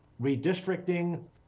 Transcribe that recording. redistricting